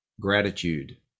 gratitude